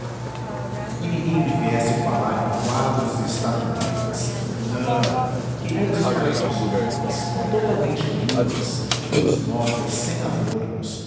e ninguém me viesse falar em quadros e estatuetas não queria as paredes nuas totalmente nuas e os móveis sem adornos